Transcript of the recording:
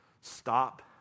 Stop